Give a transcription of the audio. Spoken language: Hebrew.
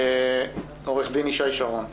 עורך דין ישי שרון,